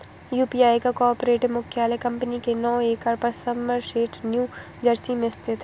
UPI का corporate मुख्यालय company के नौ एकड़ पर समरसेट न्यू जर्सी में स्थित है